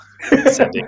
sending